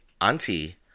Auntie